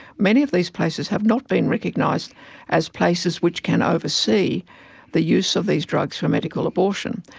many of these places have not been recognised as places which can oversee the use of these drugs for medical abortion,